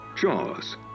Jaws